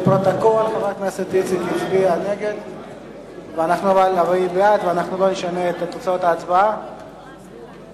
אבל אנחנו לא נשנה את תוצאות ההצבעה.